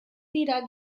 dira